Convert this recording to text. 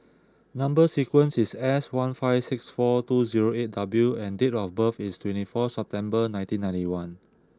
number sequence is S one five six four two zero eight W and date of birth is twenty four September nineteen ninety one